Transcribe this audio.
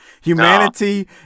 Humanity